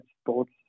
sports